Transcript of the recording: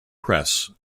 press